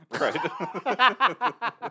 Right